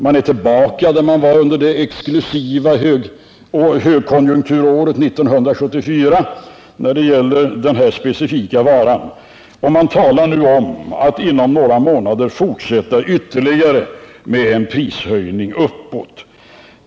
Man är tillbaka där man var under det exklusiva högkonjunkturåret 1974 när det gäller den här specifika varan. Och man talar nu om att inom några månader fortsätta ytterligare med en prishöjning uppåt.